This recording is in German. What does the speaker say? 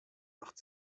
macht